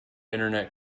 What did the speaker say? internet